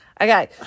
Okay